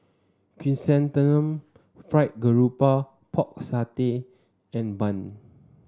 Chrysanthemum Fried Garoupa Pork Satay and bun